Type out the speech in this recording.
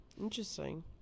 interesting